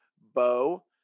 Bo